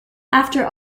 after